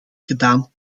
gedaan